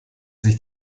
sich